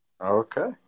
Okay